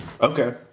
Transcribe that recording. Okay